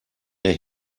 der